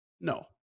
no